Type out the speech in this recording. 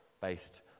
based